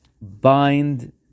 bind